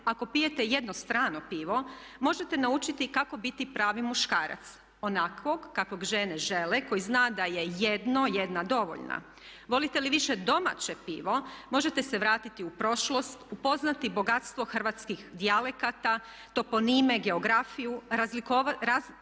ako pijete jedno strano pivo možete naučiti kako biti pravi muškarac, onakvog kakvog žene žele koji zna da je jedno/jedna dovoljna. Volite li više domaće pivo možete se vratiti u prošlost, upoznati bogatstvo hrvatskih dijalekata, toponime, geografiju, razviti